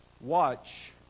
watch